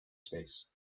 space